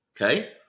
okay